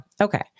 Okay